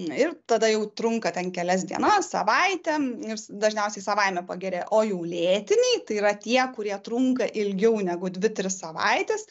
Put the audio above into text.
na ir tada jau trunka ten kelias dienas savaitėm ir dažniausiai savaime pagerėja o jau lėtiniai tai yra tie kurie trunka ilgiau negu dvi tris savaites